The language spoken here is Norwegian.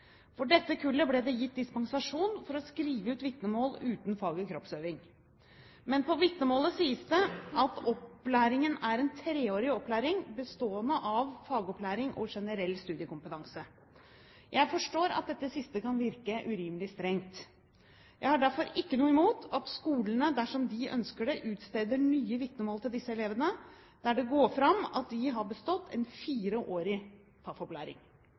For dette kullet ble det gitt dispensasjon for å skrive ut vitnemål uten faget «kroppsøving». Men på vitnemålet sies det at opplæringen er en treårig opplæring bestående av fagopplæring og generell studiekompetanse. Jeg forstår at dette siste kan virke urimelig strengt. Jeg har derfor ikke noe imot at skolene, dersom de ønsker det, utsteder nye vitnemål til disse elevene der det går fram at de har bestått en